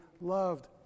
loved